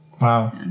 Wow